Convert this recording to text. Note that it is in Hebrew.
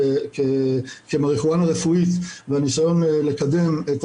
קנביס כמריחואנה רפואית והניסיון לקדם את